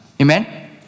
Amen